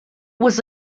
was